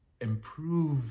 improve